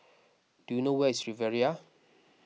do you know where is Riviera